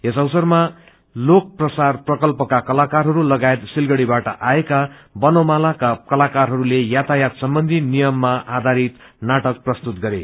यस अवसरमा लोक प्रसार प्रकत्पका कलाकारहरू लगायत सिलगढ़ीबाट आएका बनोमाला का कलाकारहरूले यातायत सम्बन्धी नियममा आधारित नाटक प्रस्तुत गरे